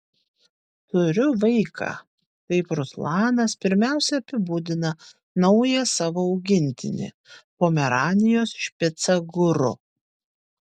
turiu vaiką taip ruslanas pirmiausia apibūdina naują savo augintinį pomeranijos špicą guru